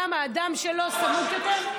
למה, הדם שלו סמוק יותר?